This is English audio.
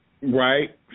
Right